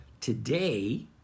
Today